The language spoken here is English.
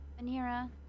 Anira